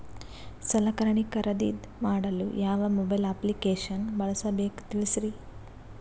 ಸಲಕರಣೆ ಖರದಿದ ಮಾಡಲು ಯಾವ ಮೊಬೈಲ್ ಅಪ್ಲಿಕೇಶನ್ ಬಳಸಬೇಕ ತಿಲ್ಸರಿ?